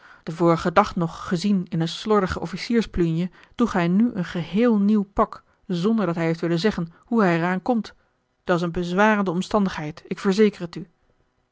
den vorigen dag nog gezien in eene slordige officiersplunje droeg hij nu een geheel nieuw pak zonder dat hij heeft willen zeggen hoe hij er aan komt dat's eene bezwarende omstandigheid ik verzeker het u